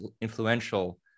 influential